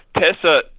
Tessa